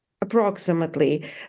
approximately